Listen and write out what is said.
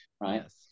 right